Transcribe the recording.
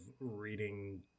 reading